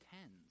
tens